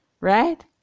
right